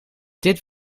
dit